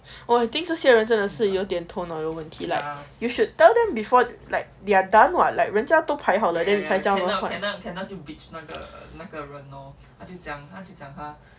!wah! I think 这些人真的是有点头脑有问题 like you should tell them before like they are done what like 人家都排好了才叫他们换